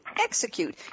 execute